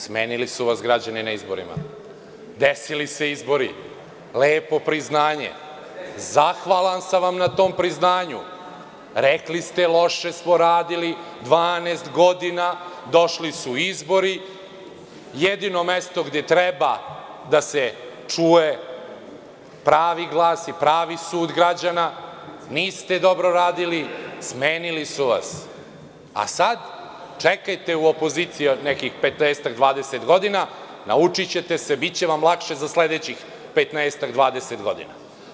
Smenili su vas građani na izborima, desili se izbori, lepo priznanje i zahvalan sam vam na tom priznanju, rekli ste, loše smo radili 12 godina, došli su izbori, a jedino mesto gde treba da se čuje pravi glas i pravi sud građana, niste dobro radili, smenili su vas, a sada čekajte u opoziciji nekih 15 do 20 godina, naučićete se, biće vam lakše za sledećih 15 ili 20 godina.